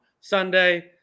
Sunday